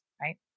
right